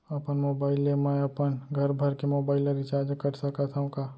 अपन मोबाइल ले मैं अपन घरभर के मोबाइल ला रिचार्ज कर सकत हव का?